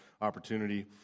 opportunity